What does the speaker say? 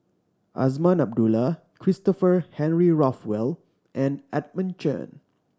Azman Abdullah Christopher Henry Rothwell and Edmund Chen